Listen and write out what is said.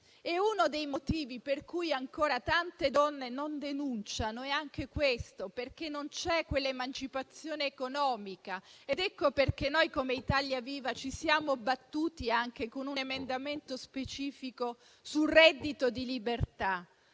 È uno dei motivi per cui ancora tante donne non denunciano: non c'è l'emancipazione economica. Ecco perché noi, come Italia Viva, ci siamo battuti con un emendamento specifico sul reddito di libertà.